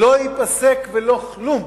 לא ייפסק ולא כלום,